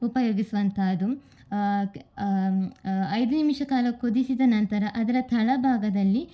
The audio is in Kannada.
ಉಪಯೋಗಿಸುವಂಥದು ಐದು ನಿಮಿಷಕಾಲ ಕುದಿಸಿದ ನಂತರ ಅದರ ತಳಭಾಗದಲ್ಲಿ